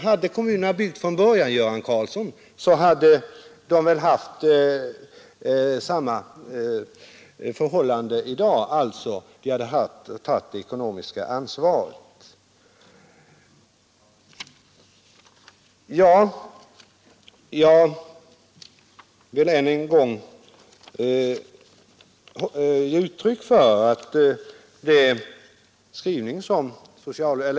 Hade kommunerna från början själva byggt handikapplägenheter skulle ju förhållandet i dag ha varit detsamma, dvs. kommunerna hade fått ta det ekonomiska ansvaret.